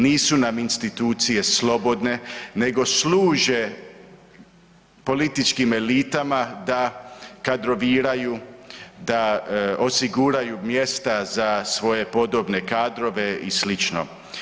Nisu nam institucije slobodne, nego služe političkim elitama da kadroviraju, da osiguraju mjesta za svoje podobne kadrove i sl.